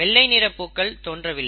வெள்ளை நிற பூக்கள் தோன்றவில்லை